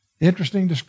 Interesting